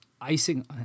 icing